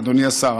אדוני השר.